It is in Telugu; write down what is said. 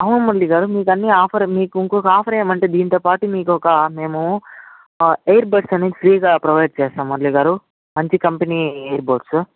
అవును మురళి గారు మీకు అన్నీ ఆఫరు మీకు ఇంకో ఆఫరేమంటే దీంతోపాటు మీకు ఒక మేము ఎయిర్ బడ్స్ అనేవి ఫ్రీగా ప్రొవైడ్ చేస్తాం మురళి గారు మంచి కంపెనీ ఎయిర్ పోడ్స్